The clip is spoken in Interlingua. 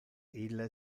ille